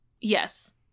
Yes